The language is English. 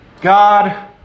God